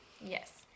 Yes